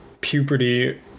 puberty